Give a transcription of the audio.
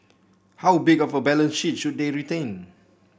how big of a balance sheet should they retain